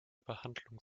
behandlung